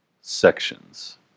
sections